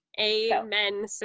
Amen